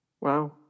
wow